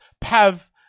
Pav